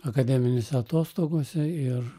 akademinėse atostogose ir